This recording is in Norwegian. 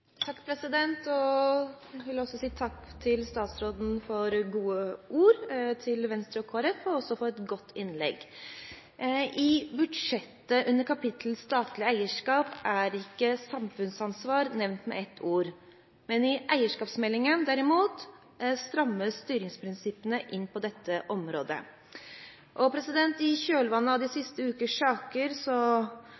takk til statsråden for gode ord til Venstre og Kristelig Folkeparti og også for et godt innlegg. I budsjettet, under kapitlet «statlig eierskap», er ikke samfunnsansvar nevnt med ett ord, men i eierskapsmeldingen derimot strammes styringsprinsippene inn på dette området. I kjølvannet av de